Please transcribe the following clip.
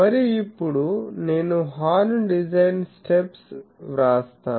మరియు ఇప్పుడు నేను హార్న్ డిజైన్ స్టెప్స్ వ్రాస్తాను